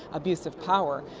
abuse of power.